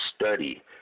study